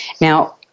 Now